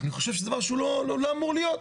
אני חושב שזה דבר שהוא לא אמור להיות.